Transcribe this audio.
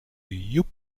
yupp